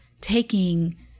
taking